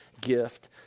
gift